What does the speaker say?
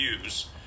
views